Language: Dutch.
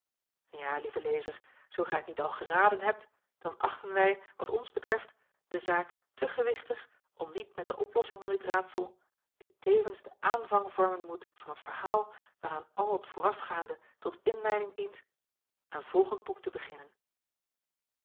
ja lieve lezer zoo gij t niet al geraden hebt dan achten wij wat ons betreft de zaak te gewichtig om niet met de oplossing van dit raadsel die tevens den aanvang vormen moet van het verhaal waaraan al het voorafgaande tot inleiding dient een volgend boek te beginnen